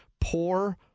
Poor